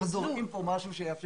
כאן משהו.